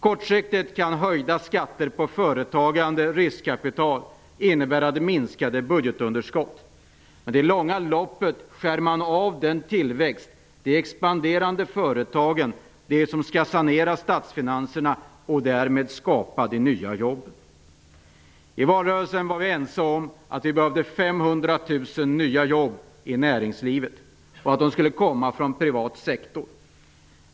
Kortsiktigt kan höjda skatter på företagande, på riskkapital, innebära minskat budgetunderskott. Men i långa loppet skär man av tillväxten, de expanderande företagen - de som skall sanera statsfinanserna och därmed skapa de nya jobben. I valrörelsen var vi ense om att det behövdes 500 000 nya jobb i näringslivet och att de skulle komma från privat sektor.